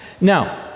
Now